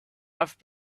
have